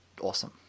awesome